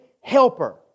helper